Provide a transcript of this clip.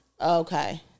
Okay